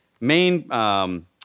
main